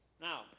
Now